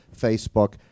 Facebook